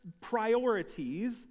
priorities